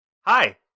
Hi